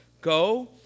Go